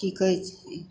की कहै छै